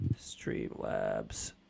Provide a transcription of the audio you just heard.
Streamlabs